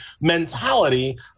mentality